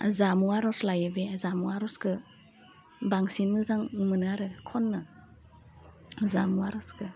जामु आर'ज लायो बे जामु आर'जखो बांसिन मोजां मोनो आरो खन्नो जामु आर'जखौ